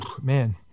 Man